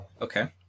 Okay